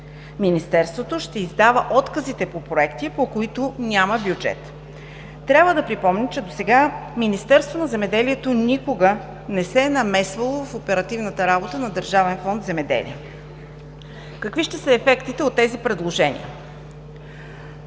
Министерството ще издава отказите по проекти, по които няма бюджет. Трябва да припомним, че досега Министерството на земеделието, храните и горите никога не се е намесвало в оперативната работа на Държавен фонд „Земеделие“. Какви ще са ефектите от тези предложения?